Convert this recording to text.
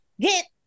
get